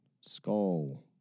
skull